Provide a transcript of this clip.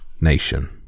nation